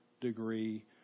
degree